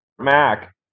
Mac